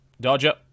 Dodger